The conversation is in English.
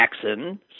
Jackson